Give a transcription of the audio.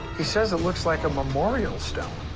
he says it looks like a memorial stone.